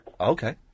Okay